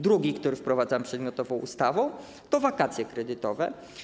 Drugi punkt, który wprowadzamy przedmiotową ustawą, to wakacje kredytowe.